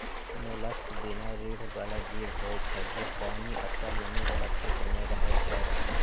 mollusc बिना रीढ़ बला जीव होइ छै, जे पानि अथवा नमी बला क्षेत्र मे रहै छै